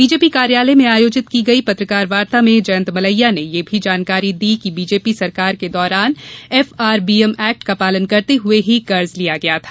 BJP कार्यालय में आयोजित की गई पत्रकार वार्ता में जयंत मलैया ने यह भी जानकारी दी कि बीजेपी सरकार के दौरान एफआरबीएम एक्ट का पालन करते हुए ही कर्ज लिया गया था